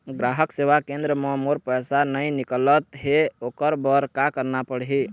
ग्राहक सेवा केंद्र म मोर पैसा नई निकलत हे, ओकर बर का करना पढ़हि?